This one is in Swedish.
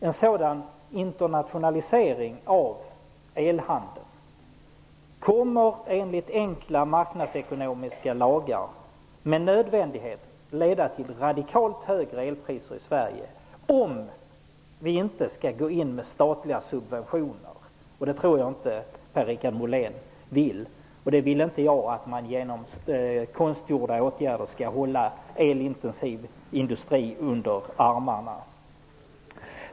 En sådan internationalisering av elhandeln kommer enligt enkla marknadsekonomiska lagar med nödvändighet att leda till radikalt högre elpriser i Sverige, om vi inte skall gå in med statliga subventioner, och det tror jag inte att Per-Richard Molén vill. Jag vill inte heller att man med konstgjorda åtgärder skall hålla en elintensiv industri under armarna.